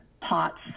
POTS